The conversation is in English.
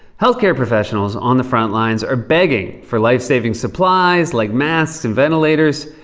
health care professionals on the front lines are begging for life-saving supplies like masks and ventilators.